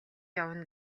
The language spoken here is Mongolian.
явна